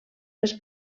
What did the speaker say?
més